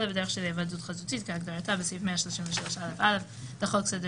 אלא בדרך של היוועדות חזותית כהגדרתה בסעיף 133א(א) לחוק סדר